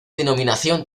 denominación